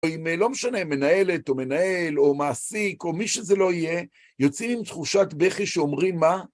אם לא משנה, מנהלת, או מנהל, או מעסיק, או מי שזה לא יהיה, יוצאים עם תחושת בכי שאומרים מה?